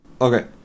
Okay